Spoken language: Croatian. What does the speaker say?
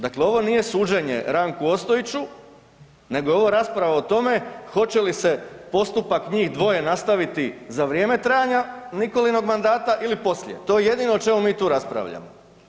Dakle, ovo nije suđenje Ranku Ostojiću nego je ovo rasprava o tome hoće li se postupak njih dvoje nastaviti za vrijeme trajanja Nikolinog mandata ili poslije, to je jedino o čemu mi tu raspravljamo.